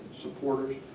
supporters